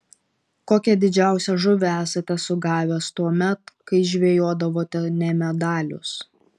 kokią didžiausią žuvį esate sugavęs tuomet kai žvejodavote ne medalius